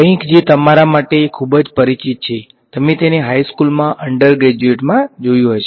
કંઈક જે તમારા માટે ખૂબ જ પરિચિત છે તમે તેને હાઈસ્કૂલમાં અંડરગ્રેડમાં જોયું હશે